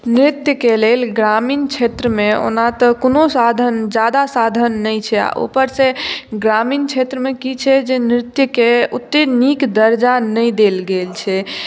नृत्यकेँ लेल ग्रामीण क्षेत्रमे ओना तऽ कोनो साधन जादा साधन नहि छै आ ऊपर से ग्रामीण क्षेत्रमे की छै जे नृत्यकेँ ओतेक नीक दर्जा नहि देल गेल छै